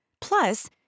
Plus